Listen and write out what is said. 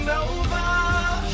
over